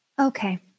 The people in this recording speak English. Okay